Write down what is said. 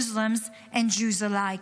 Muslims and Jews alike.